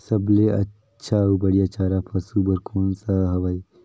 सबले अच्छा अउ बढ़िया चारा पशु बर कोन सा हवय?